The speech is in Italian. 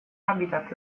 habitat